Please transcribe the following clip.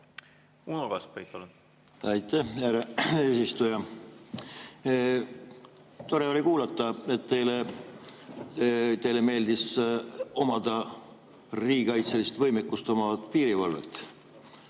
Uno Kaskpeit, palun! Aitäh, härra eesistuja! Tore oli kuulata, et teile meeldis omada riigikaitselist võimekust, oma piirivalvet.